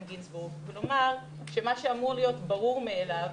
גינזבורג ולומר שמה שאמור להיות ברור מאליו,